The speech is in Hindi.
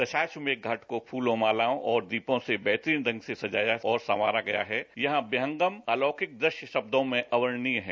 दशाश्वमेध घाट को फूलों मालाओं और दीपों से बेहतरीन ढंग से सजाया और संवारा गया है यहां विहंगम अलौकिक दृश्य शब्दों में अवर्णनीय है